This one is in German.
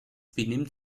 benimmt